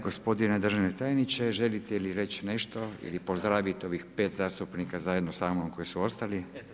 Gospodine državni tajniče, želite li reći nešto ili pozdraviti ovih 5 zastupnika zajedno sa mnom koji su ostali?